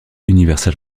universal